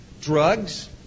drugs